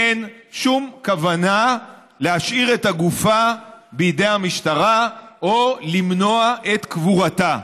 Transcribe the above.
אין שום כוונה להשאיר את הגופה בידי המשטרה או למנוע את קבורתה.